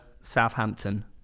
Southampton